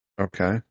Okay